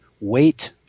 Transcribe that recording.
Wait